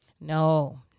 No